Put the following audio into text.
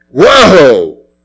Whoa